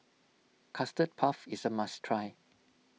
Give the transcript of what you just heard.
Custard Puff is a must try